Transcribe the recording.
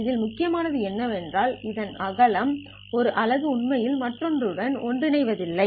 இதில் முக்கியமானது என்னவென்றால் இதன் ஒரு அலகு உண்மையில் மற்றொன்றுடன் ஒன்றிணைவதில்லை